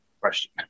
question